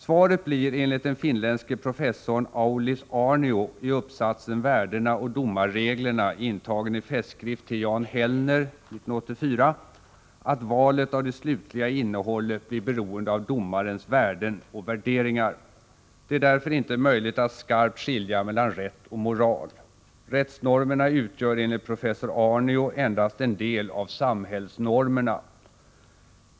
Svaret blir enligt den finländske professorn Aulis Aarnio i uppsatsen Värdena och domarreglerna, intagen i Festskrift till Jan Hellner 1984, att valet av det slutliga innehållet blir beroende av domarens värden och värderingar. Det är därför inte möjligt att skarpt skilja mellan rätt och moral. Rättsnormerna utgör enligt professor Aarnio endast en del av samhällsnormerna.